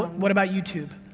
what about youtube?